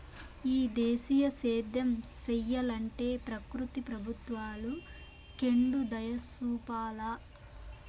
ఈ దేశీయ సేద్యం సెయ్యలంటే ప్రకృతి ప్రభుత్వాలు కెండుదయచూపాల